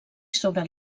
sobre